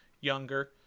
younger